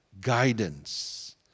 Guidance